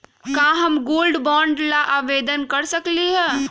का हम gold bond ला आवेदन कर सकली ह?